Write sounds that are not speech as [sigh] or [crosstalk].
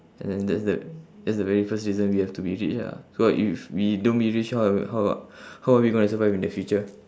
and then that's the that's the very first reason we have to be rich ah cause if we don't be rich how how [breath] how are we going to survive in the future